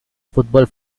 fútbol